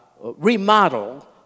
remodel